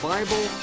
Bible